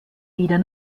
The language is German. wieder